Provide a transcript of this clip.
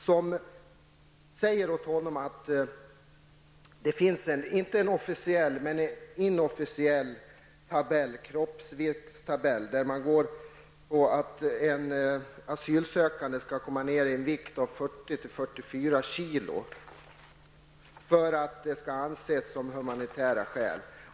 Dessa handläggare har sagt att det finns en inofficiell ''kroppsviktstabell'' enligt vilken en asylsökande skall komma ned till en vikt på 40--44 kg för att det skall utgöra humanitära skäl.